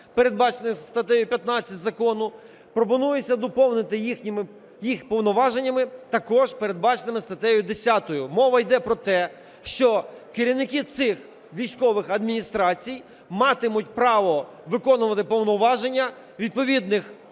передбачених статтею 15 закону, пропонується доповнити їх повноваженнями, також передбаченими статтею 10. Мова йде про те, що керівники цих військових адміністрацій матимуть право виконувати повноваження відповідних